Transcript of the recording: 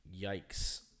Yikes